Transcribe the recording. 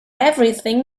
everything